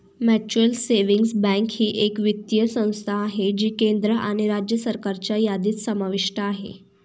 mutual savings bank ही एक वित्तीय संस्था आहे जी केंद्र आणि राज्य सरकारच्या यादीत समाविष्ट आहे